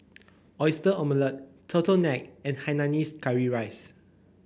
Oyster Omelette turtle nine and Hainanese Curry Rice